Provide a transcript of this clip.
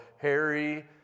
Harry